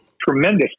tremendous